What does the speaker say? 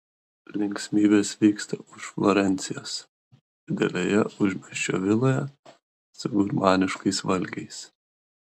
linksmybės vyksta už florencijos didelėje užmiesčio viloje su gurmaniškais valgiais